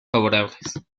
favorables